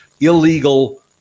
illegal